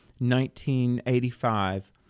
1985